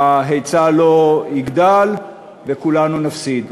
ההיצע לא יגדל, וכולנו נפסיד.